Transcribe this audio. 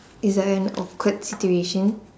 is there an awkward situation